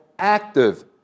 active